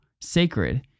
sacred